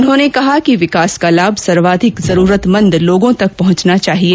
उन्होंने कहा कि विकास को लाभ सर्वाधिक जरुरतमंद लोगों तक पहुंचना चाहिए